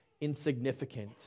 insignificant